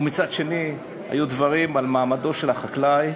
ומצד שני היו דברים על מעמדו של החקלאי,